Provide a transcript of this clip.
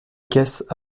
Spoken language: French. caisse